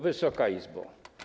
Wysoka Izbo!